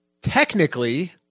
technically